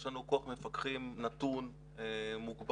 יש לנו כוח מפקחים נתון, מוגבל,